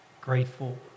grateful